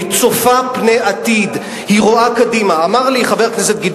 אני רוצה לעשות את זה בחוק.